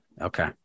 Okay